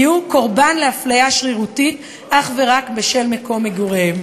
יהיו קורבן לאפליה שרירותית אך ורק בשל מקום מגוריהם.